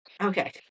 Okay